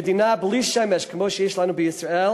מדינה שאין לה שמש כמו שיש לנו בישראל,